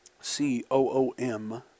C-O-O-M